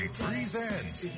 presents